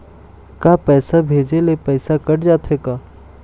का पैसा भेजे ले पैसा कट जाथे का?